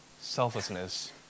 selflessness